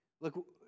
Look